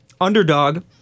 underdog